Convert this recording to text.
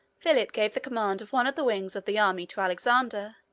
philip gave the command of one of the wings of the army to alexander,